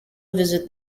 visit